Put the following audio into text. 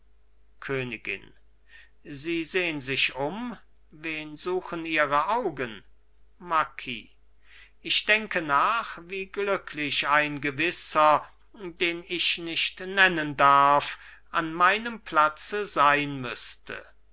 königin sie sehn sich um wen suchen ihre augen marquis ich denke nach wie glücklich ein gewisser den ich nicht nennen darf an meinem platze sein müßte